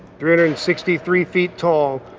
three hundred and sixty three feet tall,